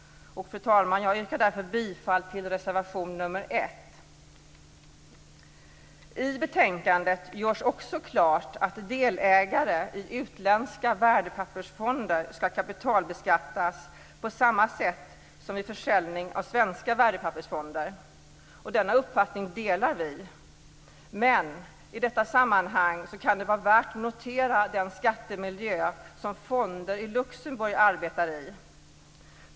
Fru talman! Jag yrkar därför bifall till reservation nr 1. I betänkandet görs också klart att delägare i utländska värdepappersfonder ska kapitalbeskattas på samma sätt som vid försäljning av svenska värdepappersfonder. Denna uppfattning delar vi. Men i detta sammanhang kan det vara värt att notera den skattemiljö som fonder i Luxemburg arbetar i.